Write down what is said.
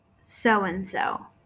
So-and-So